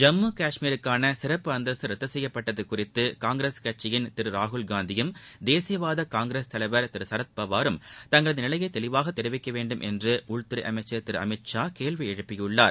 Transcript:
ஜம்மு காஷ்மீருக்கான சிறப்பு அந்தஸ்து ரத்து செய்யப்பட்டது குறித்து காங்கிரஸ் கட்சியின் திரு ராகுல் காந்தியும் தேசியவாத காங்கிரஸ்தலைவர் திரு சரத் பவாரும் தங்களது நிலையை தெளிவாக தெரிவிக்க வேண்டும் என்று உள்துறை அமைச்சர் திரு அமித் ஷா கேள்வி எழுப்பியுள்ளார்